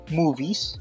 movies